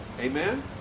Amen